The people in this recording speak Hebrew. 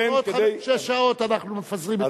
בעוד שש שעות אנחנו מפזרים את הכנסת.